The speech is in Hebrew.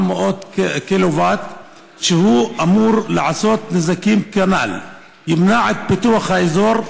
קילוואט שאמור לעשות נזקים אלו: ימנע את פיתוח האזור,